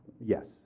yes